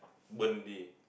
burn already